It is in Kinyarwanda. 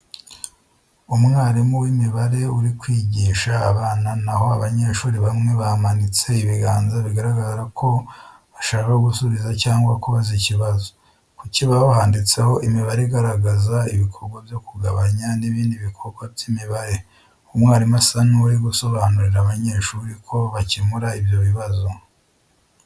Umwarimu w'imibare uri kwigisha abana naho abanyeshuri bamwe bamanitse ibiganza bigaragara ko bashaka gusubiza cyangwa kubaza ikibazo. Ku kibaho handitseho imibare igaragaza ibikorwa byo kugabanya n’ibindi bikorwa by’imibare. Umwarimu asa n’uri gusobanurira abanyeshuri uko bakemura ibyo bibazo.